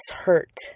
hurt